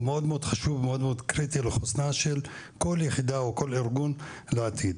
הוא מאוד מאוד חשוב ומאוד קריטי לחוסנה של כל יחידה או כל ארגון לעתיד.